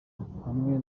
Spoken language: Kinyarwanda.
hamwe